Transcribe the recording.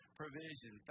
provision